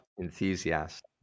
enthusiast